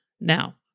Now